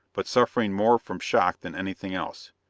but suffering more from shock than anything else.